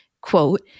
quote